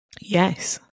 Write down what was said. Yes